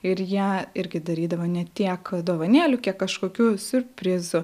ir jie irgi darydavo ne tiek dovanėlių kiek kažkokių siurprizų